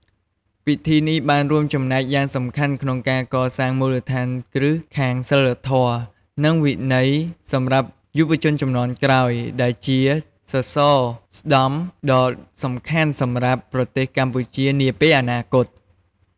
ពិធីនេះបានរួមចំណែកយ៉ាងសំខាន់ក្នុងការកសាងមូលដ្ឋានគ្រឹះខាងសីលធម៌ និងវិន័យសម្រាប់យុវជនជំនាន់ក្រោយ ដែលជាសសរស្តម្ភដ៏សំខាន់សម្រាប់ប្រទេសកម្ពុជានាពេលអនាគត។